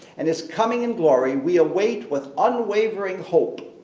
and his coming in glory we await with unwavering hope.